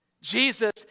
Jesus